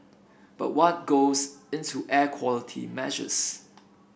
but what goes into air quality measures